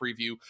preview